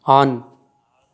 on